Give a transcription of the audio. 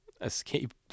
escape